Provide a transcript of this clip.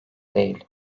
değil